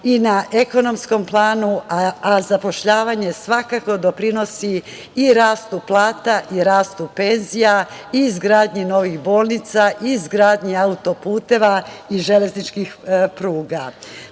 i na ekonomskom planu, a zapošljavanje svakako, doprinosi i rastu plata i rastu penzija i izgradnji novih bolnica i izgradnji auto-puteva i železničkih pruga. Moram